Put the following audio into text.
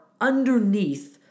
underneath